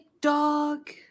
dog